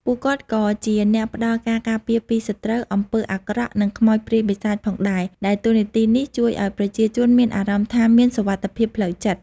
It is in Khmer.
ពួកគាត់ក៏ជាអ្នកផ្តល់ការការពារពីសត្រូវ អំពើអាក្រក់ និងខ្មោចព្រាយបិសាចផងដែរ ដែលតួនាទីនេះជួយឱ្យប្រជាជនមានអារម្មណ៍ថាមានសុវត្ថិភាពផ្លូវចិត្ត។